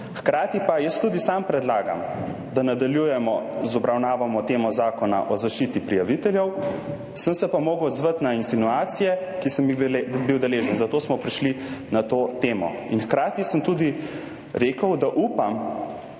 Hkrati pa jaz tudi sam predlagam, da nadaljujemo z obravnavano temo, zakonom o zaščiti prijaviteljev. Sem se pa moral odzvati na insinuacije, ki sem jih bil deležen. Zato smo prišli na to temo. Hkrati sem tudi rekel, da upam